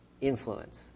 influence